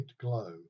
glow